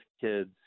kids